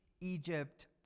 Egypt